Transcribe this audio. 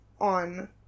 on